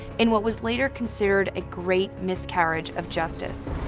in what was later considered a great miscarriage of justice.